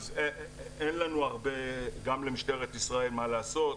אז אין לנו הרבה, גם למשטרת ישראל, מה לעשות.